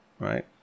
Right